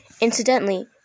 Incidentally